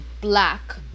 black